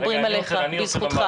מדברים עליך, בזכותך.